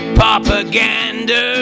propaganda